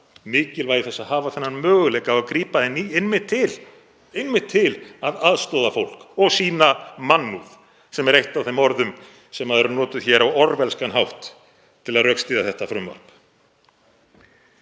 mikilvægi þess að hafa þennan möguleika á að grípa inn í einmitt til að aðstoða fólk og sýna mannúð, sem er eitt af þeim orðum sem eru notuð hér á orwellskan hátt til að rökstyðja þetta frumvarp.